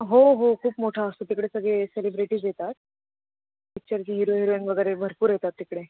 हो हो खूप मोठं असतं तिकडे सगळे सेलिब्रिटीज येतात पिक्चरचे हिरो हिरोईन वगैरे भरपूर येतात तिकडे